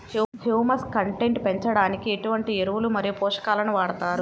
Humus content పెంచడానికి ఎటువంటి ఎరువులు మరియు పోషకాలను వాడతారు?